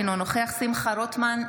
אינו נוכח שמחה רוטמן,